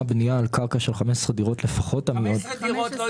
בנייה על הקרקע של 15 דירות לפחות --- לא יישאר 15 דירות.